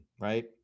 right